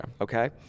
okay